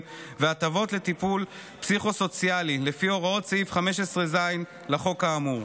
והטבות לטיפול פסיכו-סוציאלי לפי הוראות סעיף 15ז לחוק האמור.